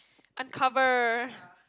uncover